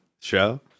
show